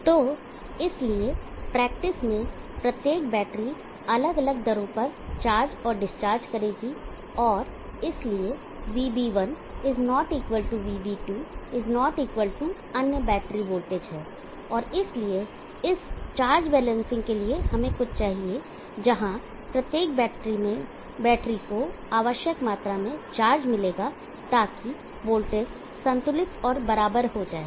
तो इसलिए प्रैक्टिस में प्रत्येक बैटरी अलग अलग दरों पर चार्ज और डिस्चार्ज करेगी और इसलिए VB1 ≠ VB2 ≠ अन्य बैटरी वोल्टेज हैं और इसलिए इस चार्ज बैलेंसिंग के लिए हमें कुछ चाहिए जहां प्रत्येक बैटरी को आवश्यक मात्रा में चार्ज मिलेगा ताकि वोल्टेज संतुलित और बराबर हो जाए